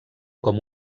com